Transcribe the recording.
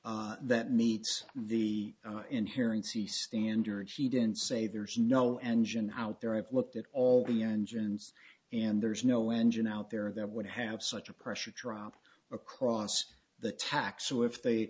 bahry that meets the inherent c standard he didn't say there's no engine out there i've looked at all the engines and there's no engine out there that would have such a pressure drop across the tax or if they